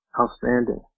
Outstanding